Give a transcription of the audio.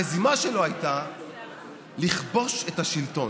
המזימה שלו הייתה לכבוש את השלטון.